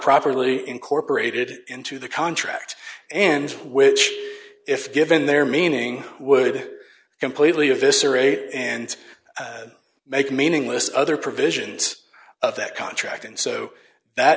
properly incorporated into the contract and which if given their meaning would completely eviscerate and make meaningless other provisions of that contract and so that